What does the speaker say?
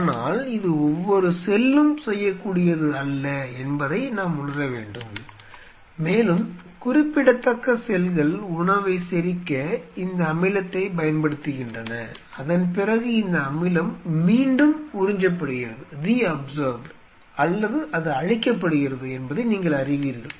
ஆனால் இது ஒவ்வொரு செல்லும் செய்யக்கூடியது அல்ல என்பதை நாம் உணர வேண்டும் மேலும் குறிப்பிடத்தக்க செல்கள் உணவை செரிக்க இந்த அமிலத்தைப் பயன்படுத்துகின்றன அதன் பிறகு இந்த அமிலம் மீண்டும் உறிஞ்சப்படுகிறது அல்லது அது அழிக்கப்படுகிறது என்பதை நீங்கள் அறிவீர்கள்